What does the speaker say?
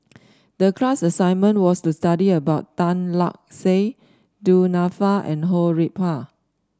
the class assignment was to study about Tan Lark Sye Du Nanfa and Ho Rih Hwa